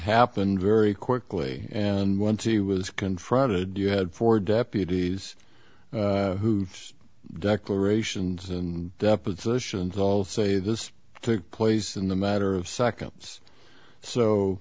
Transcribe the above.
happened very quickly and once he was confronted you had four deputies who've declarations and depositions all say this took place in the matter of seconds so